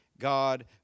God